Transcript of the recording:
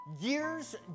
Years